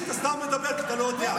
אתה סתם מדבר, כי אתה לא יודע.